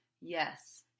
Yes